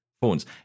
phones